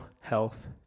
health